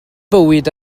bywyd